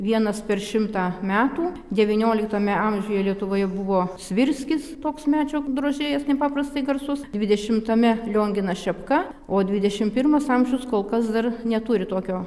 vienas per šimtą metų devynioliktame amžiuje lietuvoje buvo svirskis toks medžio drožėjas nepaprastai garsus dvidešimtame lionginas šepka o dvidešim pirmas amžius kol kas dar neturi tokio